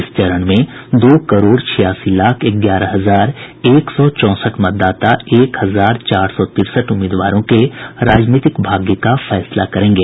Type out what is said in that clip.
इस चरण में दो करोड़ छियासी लाख ग्यारह हजार एक सौ चौंसठ मतदाता एक हजार चार सौ तिरसठ उम्मीदवारों के राजनीतिक भाग्य का फैसला करेंगे